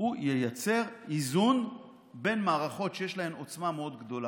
ייצר איזון בין מערכות שיש להן עוצמה מאוד גדולה,